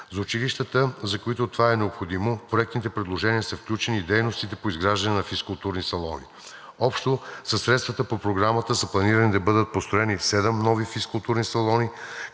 За училищата, за които това е необходимо, проектните предложения са включени и дейностите по изграждане на физкултурни салони. Общо със средствата по Програмата са планирани да бъдат построени седем нови физкултурни салона,